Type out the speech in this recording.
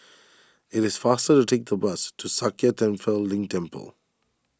it is faster to take the bus to Sakya Tenphel Ling Temple